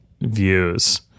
views